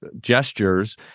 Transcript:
gestures